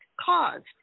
caused